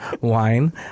wine